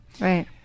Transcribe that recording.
Right